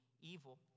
evil